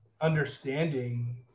understanding